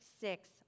six